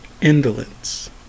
Indolence